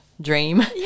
dream